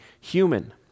human